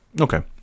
Okay